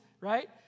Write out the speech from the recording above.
right